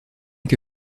que